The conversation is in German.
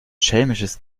schelmisches